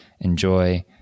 Enjoy